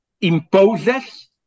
imposes